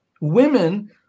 women